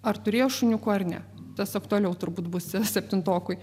ar turėjo šuniukų ar ne tas aktualiau turbūt bus ir septintokui